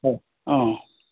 হয় অঁ